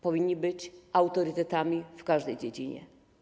Powinni być autorytetami w każdej dziedzinie.